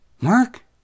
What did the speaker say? Mark